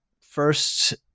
first